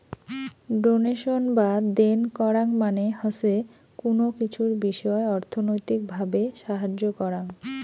donation বা দেন করাং মানে হসে কুনো কিছুর বিষয় অর্থনৈতিক ভাবে সাহায্য করাং